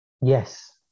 yes